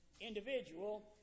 individual